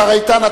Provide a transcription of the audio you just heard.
השר איתן,